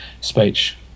speech